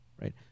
Right